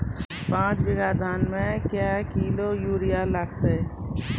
पाँच बीघा धान मे क्या किलो यूरिया लागते?